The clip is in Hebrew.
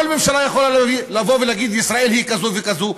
כל ממשלה יכולה לבוא ולהגיד: ישראל היא כזאת וכזאת,